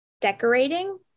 decorating